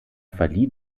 verlieh